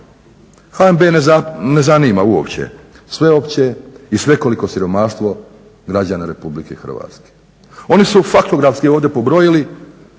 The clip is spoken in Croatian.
HNB ne zanima uopće sveopće i svekoliko siromaštvo građana Republike Hrvatske. Oni su faktografski ovdje pobrojili